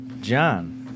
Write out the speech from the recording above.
John